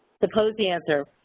suppose the answer.